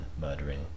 murdering